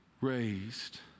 raised